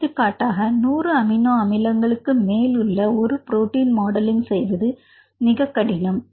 எடுத்துக்காட்டாக நூறு அமினோ அமிலங்கள் களுக்கு மேல் உள்ள ஒரு புரோட்டின் மாடலிங் செய்வது மிகக்கடினம்